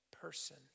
person